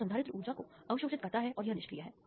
तो संधारित्र ऊर्जा को अवशोषित करता है और यह निष्क्रिय है